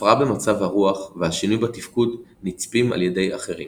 ההפרעה במצב הרוח והשינוי בתפקוד נצפים על ידי אחרים.